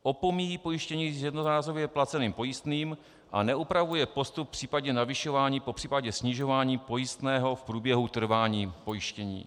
Opomíjí pojištění s jednorázově placeným pojistným a neupravuje postup v případě navyšování, popř. snižování pojistného v průběhu trvání pojištění.